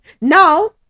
now